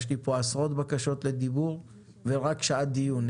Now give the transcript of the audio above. כי יש לי עשרות בקשות לדיבור ורק שעה דיון.